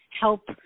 help